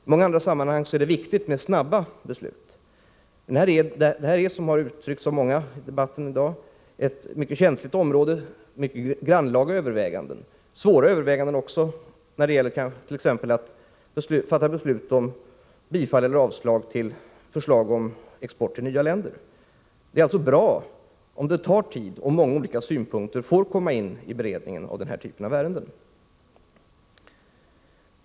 I många andra sammanhang är det viktigt med snabba beslut, men detta är, vilket uttryckts av många i debatten i dag, ett mycket känsligt område som kräver mycket grannlaga och svåra överväganden, t.ex. när det gäller att fatta beslut om bifall till eller avslag på förslag om export till nya länder. Det är alltså bra om det tar tid och många olika synpunkter får komma in i beredningen av den här typen av ärenden.